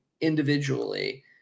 individually